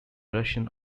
russian